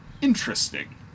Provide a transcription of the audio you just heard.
interesting